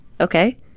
Okay